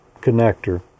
connector